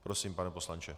Prosím, pane poslanče.